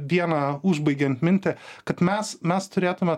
vieną užbaigian mintį kad mes mes turėtume